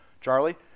Charlie